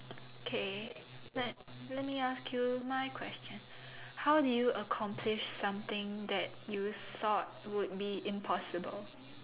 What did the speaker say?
okay let let me ask you my question how do you accomplish something that you thought would be impossible